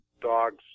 dogs